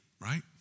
right